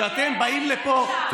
כשאתם באים לפה וצועקים ומגינים.